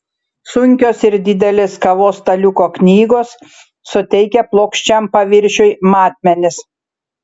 sunkios ir didelės kavos staliuko knygos suteikia plokščiam paviršiui matmenis